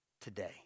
today